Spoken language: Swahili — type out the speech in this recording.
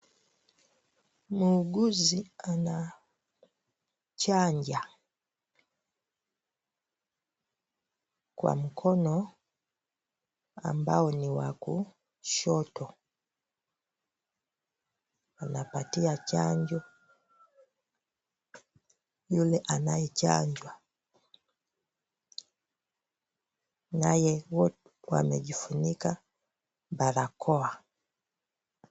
Muuguzi anachanja kwa mkono ambao ni wa kushoto. Anapatia chanjo yule anayechanjwa. Wote wamejifunika barakoa.